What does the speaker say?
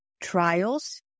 trials